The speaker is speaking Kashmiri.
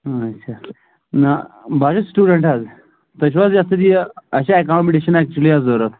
اچھا نہ بہٕ حظ چھُس سِٹوڈنٹ حظ تُہۍ چھو حظ یَتھ سۭتۍ یہِ اَسہِ چھِ ایکامڈیشن ایکچولی حظ ضوٚرتھ